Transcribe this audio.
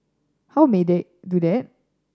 how may they do that